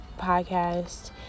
podcast